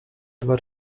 dwa